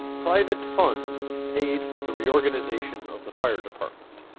private funds paid for the reorganization of the fire d epartment.